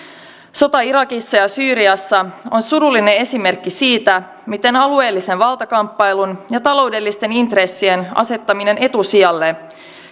sota irakissa ja syyriassa on surullinen esimerkki siitä miten alueellisen valtakamppailun ja taloudellisten intressien asettaminen etusijalle